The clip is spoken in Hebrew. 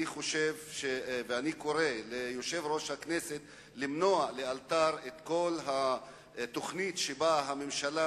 אני קורא ליושב-ראש הכנסת למנוע לאלתר את כל התוכנית של הממשלה